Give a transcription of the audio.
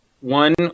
One